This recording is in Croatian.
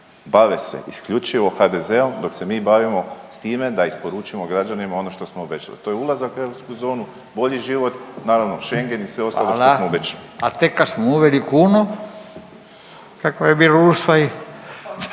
bave se isključivo HDZ-om dok se mi bavimo s time da isporučimo građanima ono što smo obećali. To je ulazak u europsku zonu, bolji život, naravno Schengen i sve ostalo …/Upadica: Hvala./… što smo obećali. **Radin, Furio